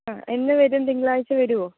ആ എന്ന് വരും തിങ്കളാഴ്ച വരുവോ